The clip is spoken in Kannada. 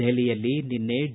ದೆಹಲಿಯಲ್ಲಿ ನಿನ್ನೆ ಡಿ